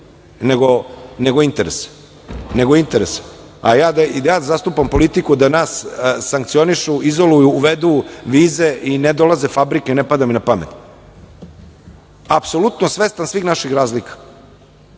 nego interes. Da ja zastupam politiku da nas sankcionišu, izoluju, uvedu vize i ne dolaze fabrike, ne pada mi na pamet, apsolutno svestan svih naših razlika,